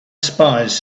spies